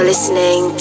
Listening